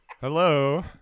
Hello